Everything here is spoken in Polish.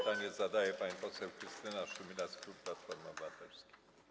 Pytanie zadaje pani poseł Krystyna Szumilas, klub Platforma Obywatelska.